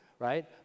right